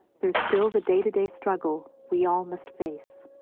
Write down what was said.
there's still the day-to-day struggle we all must face.